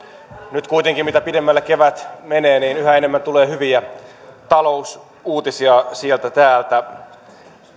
nyt kuitenkin mitä pidemmälle kevät menee niin yhä enemmän tulee hyviä talousuutisia sieltä täältä